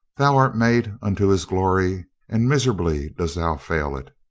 thou art made unto his glory and miserably dost thou fail it.